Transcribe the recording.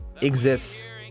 exists